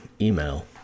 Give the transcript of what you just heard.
email